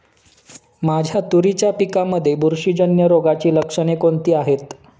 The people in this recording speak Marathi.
माझ्या तुरीच्या पिकामध्ये बुरशीजन्य रोगाची लक्षणे कोणती आहेत?